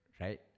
right